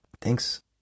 Thanks